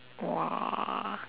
!wah!